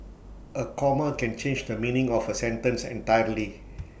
A comma can change the meaning of A sentence entirely